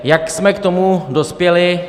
Jak jsme k tomu dospěli?